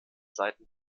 seiten